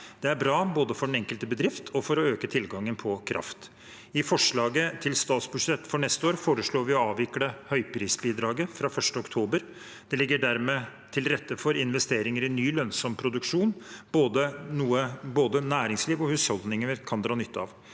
Det er bra både for den enkelte bedrift og for å øke tilgangen på kraft. I forslaget til statsbudsjett for neste år foreslår vi å avvikle høyprisbidraget fra 1. oktober. Det ligger dermed til rette for investeringer i ny lønnsom produksjon, noe både næringsliv og husholdningene kan dra nytte av.